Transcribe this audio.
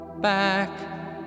back